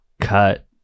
cut